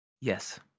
yes